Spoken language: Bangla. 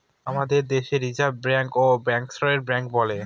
আমাদের দেশে রিসার্ভ ব্যাঙ্কে ব্যাঙ্কার্স ব্যাঙ্ক বলে